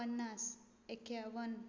प पन्नास एक्यावन